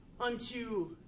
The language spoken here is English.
Unto